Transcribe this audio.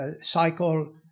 cycle